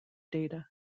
data